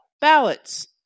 ballots